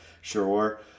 Sure